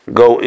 go